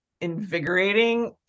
invigorating